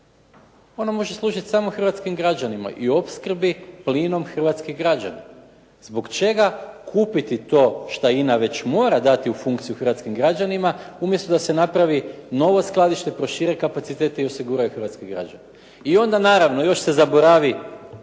ona može služiti samo Hrvatskim građanima i opskrbi plinom hrvatskih građana. Zbog čega kupiti to što INA već mora dati u funkciju hrvatskim građanima, umjesto da se napravi novo skladište, prošire kapaciteti i osiguraju hrvatski građani. I onda naravno još se zaboravi